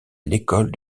l’école